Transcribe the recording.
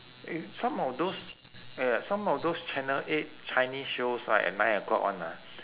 eh some of those ya ya some of those channel eight chinese shows right at nine o'clock one ah